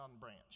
branch